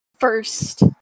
First